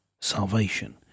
Salvation